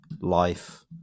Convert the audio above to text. life